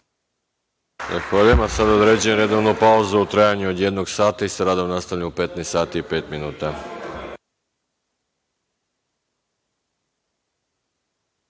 Zahvaljujem. Sada određujem redovnu pauzu u trajanju od jednog sata. Sa radom nastavljamo u 15 sati i pet